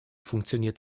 funktioniert